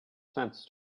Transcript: sense